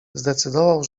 zdecydował